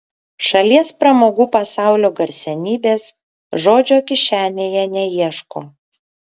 šalies pramogų pasaulio garsenybės žodžio kišenėje neieško